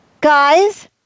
guys